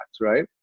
right